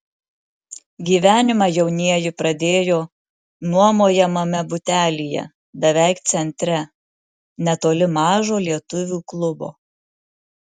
gyvenimą jaunieji pradėjo nuomojamame butelyje beveik centre netoli mažo lietuvių klubo